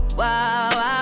wow